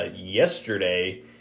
yesterday